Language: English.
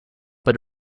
but